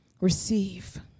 Receive